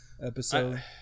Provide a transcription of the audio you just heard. episode